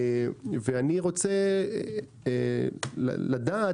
אני רוצה לדעת,